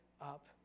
up